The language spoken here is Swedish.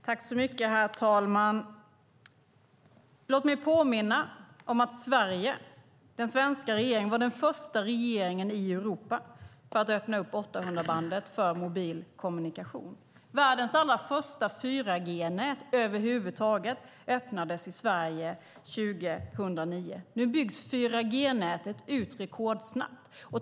Herr talman! Låt mig påminna om att den svenska regeringen var den första regeringen i Europa med att öppna 800-bandet för mobil kommunikation. Världens allra första 4G-nät över huvud taget öppnades i Sverige 2009. Nu byggs 4G-nätet ut rekordsnabbt.